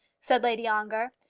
said lady ongar.